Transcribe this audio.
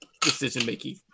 decision-making